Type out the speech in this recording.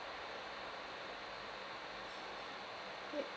eh